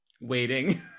waiting